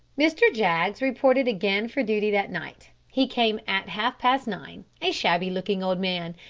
mr. jaggs reported again for duty that night. he came at half-past nine, a shabby-looking old man,